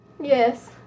Yes